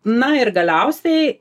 na ir galiausiai